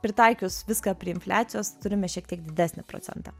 pritaikius viską prie infliacijos turime šiek tiek didesnį procentą